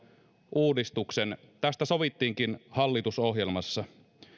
uudistuksen tästä sovittiinkin hallitusohjelmassa